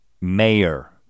mayor